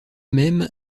même